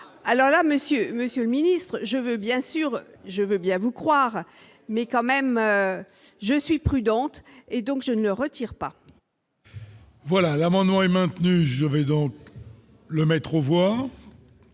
Monsieur monsieur le ministre, je veux bien sûr, je veux bien vous croire, mais quand même je suis prudente et donc je ne retire pas. Voilà l'amendement est maintenu, je vais donc le mettre aux voix.